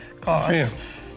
cause